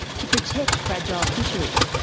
to protect fragile fisheries,